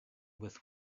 with